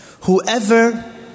whoever